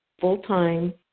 full-time